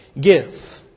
give